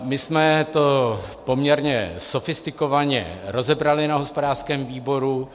My jsme to poměrně sofistikovaně rozebrali na hospodářském výboru.